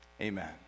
Amen